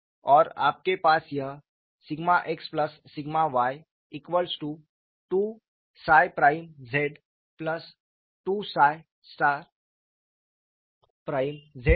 और आपके पास यह σxσy2𝜳′z2𝜳′z 4𝜳′z